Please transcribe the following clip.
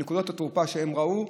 נקודות התורפה שהם ראו,